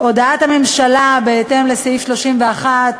הודעת הממשלה בהתאם לסעיף 31(ג)